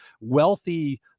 wealthy